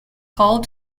called